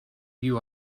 you